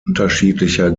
unterschiedlicher